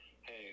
Hey